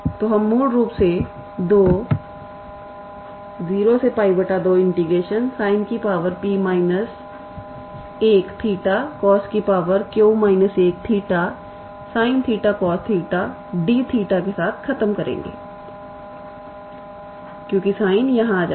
तो हम मूल रूप से 20𝜋 2 𝑠𝑖𝑛𝑝−1𝜃𝑐𝑜𝑠𝑞−1𝜃 sin 𝜃 cos 𝜃 𝑑𝜃 के साथ खत्म करेंगे क्योंकि sin यहाँ आ जाएगा